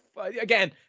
again